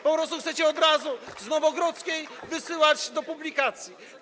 Po prostu chcecie od razu z Nowogrodzkiej wysyłać do publikacji.